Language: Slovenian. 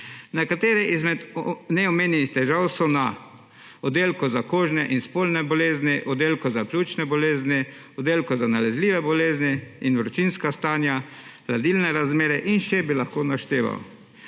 Nekatere izmed neomenjenih težav so na Oddelku za kožne in spolne bolezni, Oddelku za pljučne bolezni, Oddelku za infekcijske bolezni in vročinska stanja, hladilne razmere in še bi lahko našteval.